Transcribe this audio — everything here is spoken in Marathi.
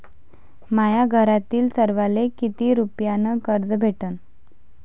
माह्या घरातील सर्वाले किती रुप्यान कर्ज भेटन?